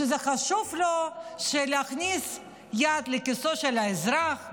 כשחשוב לו להכניס יד לכיסו של האזרח,